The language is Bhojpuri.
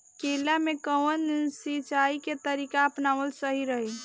केला में कवन सिचीया के तरिका अपनावल सही रही?